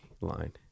line